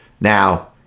Now